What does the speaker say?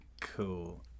Cool